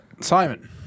Simon